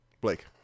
Blake